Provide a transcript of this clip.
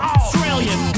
Australian